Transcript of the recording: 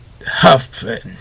Huffing